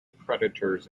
predators